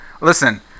Listen